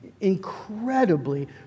incredibly